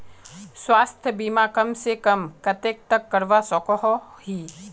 स्वास्थ्य बीमा कम से कम कतेक तक करवा सकोहो ही?